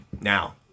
now